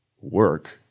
work